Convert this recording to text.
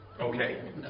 Okay